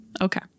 Okay